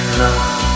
love